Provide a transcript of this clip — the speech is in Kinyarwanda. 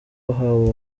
wahawe